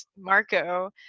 Marco